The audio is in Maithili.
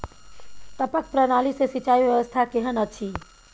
टपक प्रणाली से सिंचाई व्यवस्था केहन अछि?